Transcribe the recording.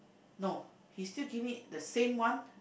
no he still give me the same one